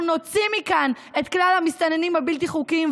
אנחנו נוציא מכאן את כלל המסתננים הבלתי-חוקיים.